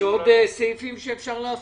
יש עוד סעיפים שאפשר להפחית?